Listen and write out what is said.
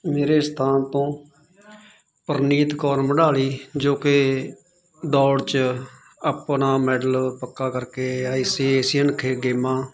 ਮੇਰੇ ਸਥਾਨ ਤੋਂ ਪਰਨੀਤ ਕੌਰ ਮਢਾਲੀ ਜੋ ਕਿ ਦੌੜ ਚ ਆਪਣਾ ਮੈਡਲ ਪੱਕਾ ਕਰਕੇ ਆਈ ਸੀ ਏਸੀਅਨ ਗੇਮਾਂ